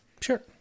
Sure